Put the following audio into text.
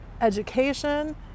education